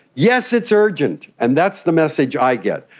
yes, it's urgent, and that's the message i get.